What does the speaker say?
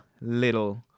little